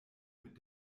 mit